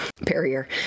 barrier